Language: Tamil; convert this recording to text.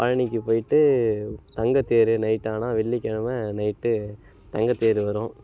பழனிக்கு போயிட்டு தங்கத்தேரு நைட் ஆனால் வெள்ளிக்கிழம நைட்டு தங்கத்தேர் வரும்